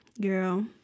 girl